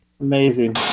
Amazing